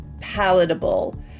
palatable